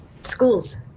Schools